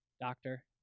doctor